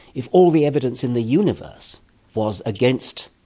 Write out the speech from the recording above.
if all the evidence in the universe was against.